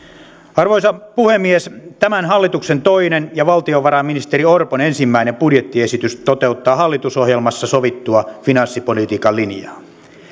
arvoisa puhemies tämän hallituksen toinen ja valtiovarainministeri orpon ensimmäinen budjettiesitys toteuttaa hallitusohjelmassa sovittua finanssipolitiikan linjaa